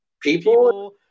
people